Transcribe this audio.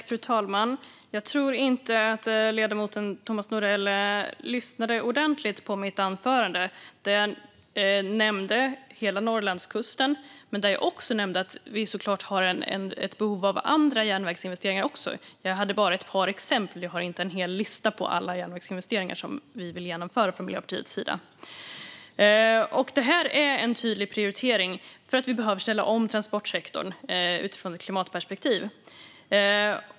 Fru talman! Jag tror inte att ledamoten Thomas Morell lyssnade ordentligt på mitt anförande, där jag nämnde hela Norrlandskusten och att vi såklart också har ett behov av andra järnvägsinvesteringar. Jag hade bara ett par exempel; jag har inte en hel lista på alla järnvägsinvesteringar som vi vill göra från Miljöpartiets sida. Det här är en tydlig prioritering, för vi behöver ställa om transportsektorn utifrån ett klimatperspektiv.